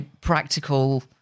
practical